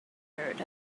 heard